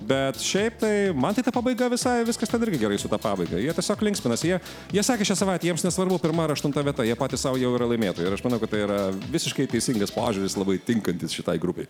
bet šiaip tai man tai ta pabaiga visai viskas ten irgi gerai su ta pabaiga jie tiesiog linksminasi jie jie sakė šią savaitę jiems nesvarbu pirma ar aštunta vieta jie patys sau jau yra laimėtojai ir aš manau kad tai yra visiškai teisingas požiūris labai tinkantis šitai grupei